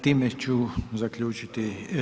Time ću zaključiti.